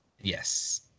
Yes